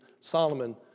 Solomon